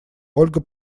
ольга